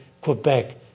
Quebec